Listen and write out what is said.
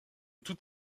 toute